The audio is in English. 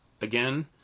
again